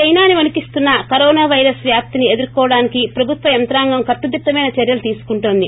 చైనాని వణికిస్తున్న corona virus వ్యాప్తిని ఎదుర్కోవడానికి ప్రభుత్వ యంత్రాంగం కట్టుదిట్టమైన చర్యలు తీసుకుంటోంది